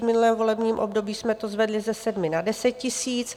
V minulém volebním období jsme to zvedli ze 7 na 10 tisíc.